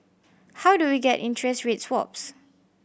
how do we get interest rate swaps